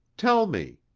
tell me.